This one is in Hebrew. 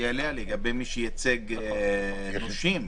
אגב, איך זה ייעשה בהליכים שביוזמה של נושה?